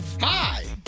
Hi